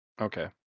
Okay